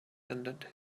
ended